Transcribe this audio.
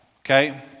okay